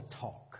talk